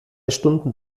stunden